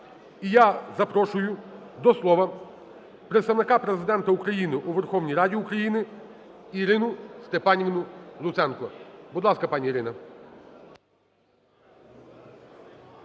І я запрошую до слова Представника Президента України у Верховній Раді України Ірину Степанівну Луценко. Будь ласка, пані Ірино.